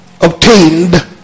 obtained